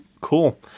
cool